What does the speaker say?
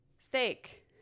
steak